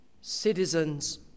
citizens